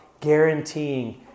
guaranteeing